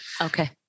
okay